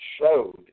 showed